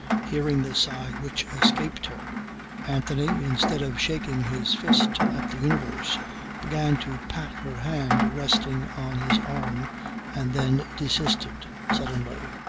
hearing the sigh which escaped her anthony instead of shaking his fist at the universe began to pat her hand resting on his arm and then desisted, suddenly,